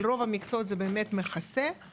אבל ברוב המקצועות זה באמת מכסה.